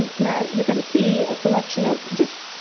and now, you're gonna see a selection of just.